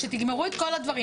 כשתגמרו את כל הדברים,